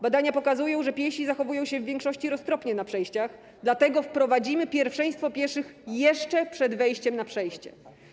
Badania pokazują, że piesi zachowują się w większości roztropnie na przejściach, dlatego wprowadzimy pierwszeństwo pieszych jeszcze przed wejściem na przejście.